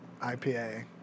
IPA